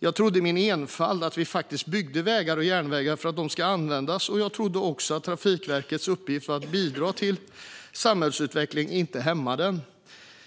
Jag trodde min enfald att vi faktiskt byggde vägar och järnvägar för att de ska användas. Jag trodde också att Trafikverkets uppgift var att bidra till samhällsutveckling och inte att hämma den.